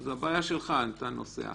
זו הבעיה שלך אם אתה נוסע.